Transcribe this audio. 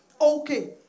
okay